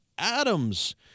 Adams